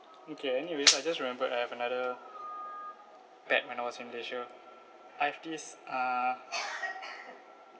okay anyways I just remembered I have another pet when I was in malaysia I've this uh